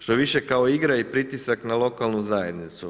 Što više, kao igra i pritisak na lokalnu zajednicu.